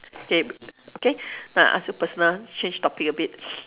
K K I ask you personal change topic a bit